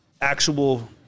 actual